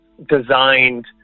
designed